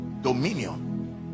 Dominion